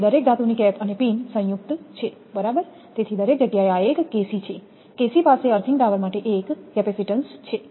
તેથી દરેક ધાતુની કેપ અને પીન સંયુક્ત છે બરાબર તેથી દરેક જગ્યાએ આ એક kc છે kc પાસે અર્થીંગ ટાવર માટે એક કેપેસિટીન્સ છે